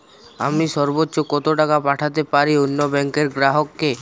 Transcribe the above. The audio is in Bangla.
আমি সর্বোচ্চ কতো টাকা পাঠাতে পারি অন্য ব্যাংকের গ্রাহক কে?